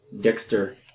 Dexter